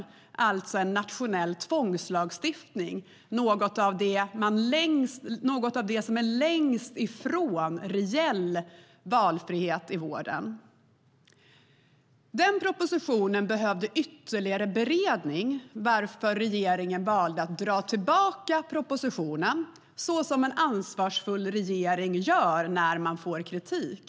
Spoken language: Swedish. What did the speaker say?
Det är alltså en nationell tvångslagstiftning - något av det som är längst ifrån reell valfrihet i vården. Propositionen behövde ytterligare beredning, varför regeringen valde att dra tillbaka den så som en ansvarsfull regering gör när man får kritik.